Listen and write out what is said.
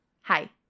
hi